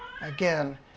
Again